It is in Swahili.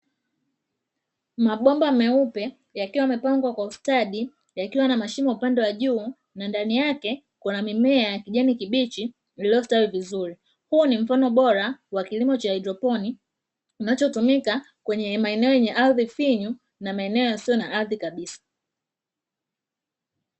Mabomba meupe yakiwa yamepangwa kwa ustadi, yakiwa na mashimo upande wa juu na ndani yake kukiwa na mimea ya kijani kibichi iliyostawi vizuri. Huu ni mfano bora wa kilimo cha haidroponi, kinachotumika kwenye maeneo yenye ardhi finyu, na maeneo yasiyo na ardhi kabisa.